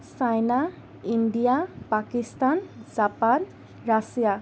China India Pakistan Japan Russia